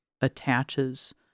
attaches